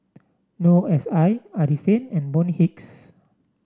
Noor S I Arifin and Bonny Hicks